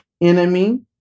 Enemy